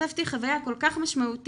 חשפתי חוויה כל כך משמעותית,